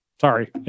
Sorry